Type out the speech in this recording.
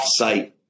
offsite